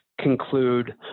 conclude